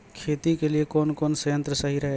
खेती के लिए कौन कौन संयंत्र सही रहेगा?